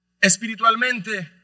espiritualmente